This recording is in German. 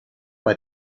bei